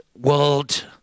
world